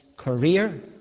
career